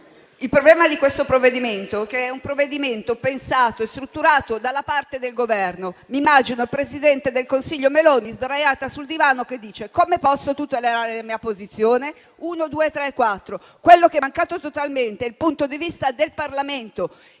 il problema di questo provvedimento è che è pensato e strutturato dalla parte del Governo. Immagino il presidente del Consiglio Meloni sdraiata sul divano che dice: "Come posso tutelare la mia posizione? Uno, due, tre e quattro". Quello che è mancato totalmente è il punto di vista del Parlamento.